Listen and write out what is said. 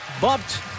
bumped